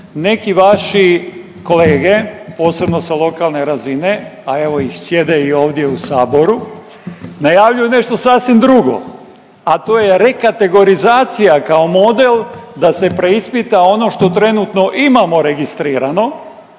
neki vaši kolege, posebno sa lokalne razine, a evo ih sjede i ovdje u saboru, najavljuju nešto sasvim drugo. A to je rekategorizacija kao model da se preispita ono što trenutno imamo registrirano